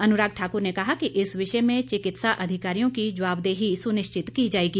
अनुराग ठाकुर ने कहा कि इस विषय में चिकित्सा अधिकारियों की जवाबदेही सुनिश्चित की जाएगी